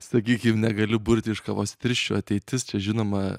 sakykim negaliu burti iš kavos tirščių ateitis žinoma